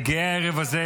אני גאה הערב הזה,